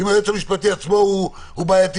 אם היועץ המשפטי עצמו הוא בעייתי,